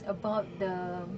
about the